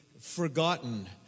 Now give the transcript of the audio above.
forgotten